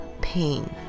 pain